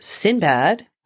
Sinbad